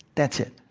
that's it.